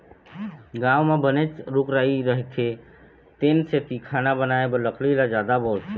गाँव म बनेच रूख राई रहिथे तेन सेती खाना बनाए बर लकड़ी ल जादा बउरथे